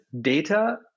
data